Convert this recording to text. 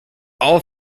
all